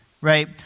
right